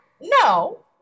No